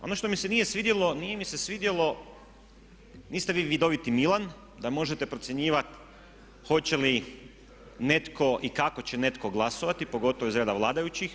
Ono što mi se nije svidjelo, nije mi se svidjelo, niste vi vidoviti Milan da možete procjenjivat hoće li netko i kako će netko glasovati pogotovo iz reda vladajućih.